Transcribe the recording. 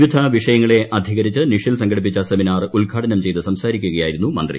വിവിധ വിഷയ്ടങ്ങളെ അധികരിച്ച് നിഷിൽ സംഘടിപ്പിച്ച സെമിനാർ ഉദ്ഘാടനം ചെയ്ത് സംസാരിക്കുകായിരുന്നു മൃന്ത്രി